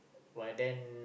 but then